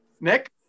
Nick